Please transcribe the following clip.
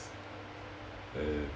and